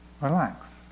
Relax